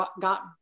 got